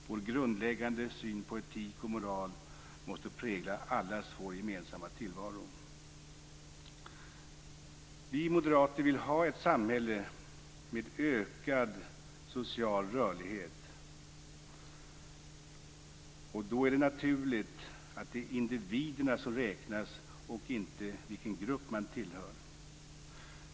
Vår grundläggande syn på etik och moral måste prägla allas vår gemensamma tillvaro. Vi moderater vill ha ett samhälle med ökad social rörlighet, och då är det naturligt att det är individerna som räknas, inte vilken grupp som man tillhör.